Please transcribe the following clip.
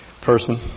person